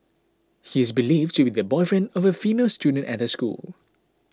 he is believed to be the boyfriend of a female student at the school